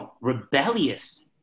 rebellious